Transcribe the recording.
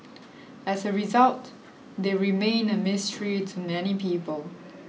as a result they remain a mystery to many people